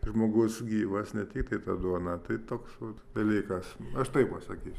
žmogus gyvas ne tiktai ta duona tai toks vat dalykas aš taip pasakysiu